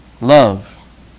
Love